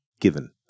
Given